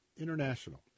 International